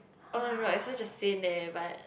oh-my-god it's such a sin eh but